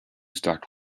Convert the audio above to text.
start